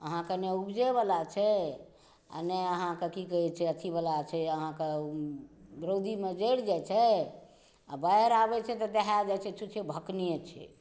अहाँकेँ नहि उपजैवला छै आ नहि अहाँकेँ की कहैत छै अथीवला छै अहाँके रौदीमे जड़ि जाइत छै आ बाढ़ि आबैत छै तऽ दहाए जाइत छै छुच्छे भकने छै